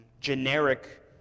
generic